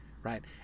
Right